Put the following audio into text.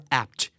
apt